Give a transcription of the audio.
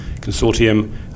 consortium